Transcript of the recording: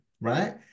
right